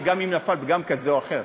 גם אם נפל פגם כזה או אחר,